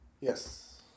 Yes